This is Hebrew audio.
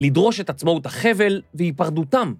‫לדרוש את עצמו את החבל והיפרדותם.